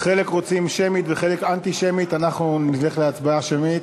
חלק רוצים שמית וחלק אנטי-שמית, נלך להצבעה שמית.